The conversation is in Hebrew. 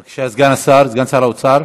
בבקשה, סגן שר האוצר.